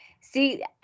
See